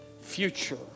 future